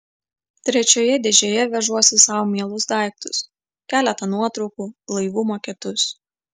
trečioje dėžėje vežuosi sau mielus daiktus keletą nuotraukų laivų maketus